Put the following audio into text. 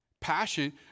Passion